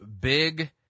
big